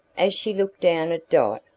as she looked down at dot,